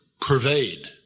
pervade